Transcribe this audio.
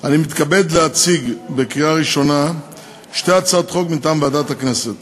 אני מתכבד להציג לקריאה ראשונה שתי הצעות חוק מטעם ועדת הכנסת